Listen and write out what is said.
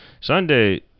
Sunday